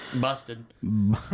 Busted